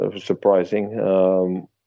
surprising